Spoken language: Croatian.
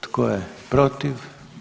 Tko je protiv?